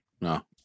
no